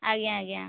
ଆଜ୍ଞା ଆଜ୍ଞା